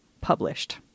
published